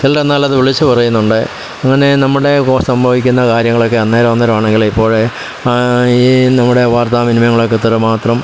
ചിലർ എന്നാലും അത് വിളിച്ചു പറയുന്നുണ്ട് അങ്ങനെ നമ്മുടെ ഇപ്പൊൾ സംഭവിക്കുന്ന കാര്യങ്ങളൊക്കെ അന്നേരം അന്നേരാണെങ്കിൽ ഇപ്പോൾ ഈ നമ്മുടെ വാർത്താ വിനിമയങ്ങളൊക്കെ എത്രമാത്രം